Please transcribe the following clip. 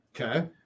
Okay